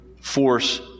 force